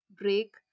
break